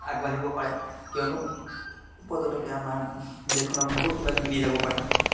আগবাঢ়িব পাৰে কিয়নো পৰ্যটকে আমাৰ দেশখনক বহুত কিবা কিবি দি যাব পাৰে